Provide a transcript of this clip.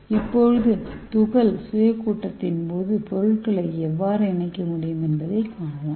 இப்போது துகள் சுய கூட்டத்தின் போது பொருட்களை எவ்வாறு இணைக்க முடியும் என்பதைக் காணலாம்